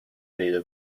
پیدا